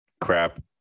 crap